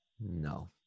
No